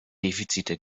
defizite